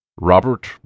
Robert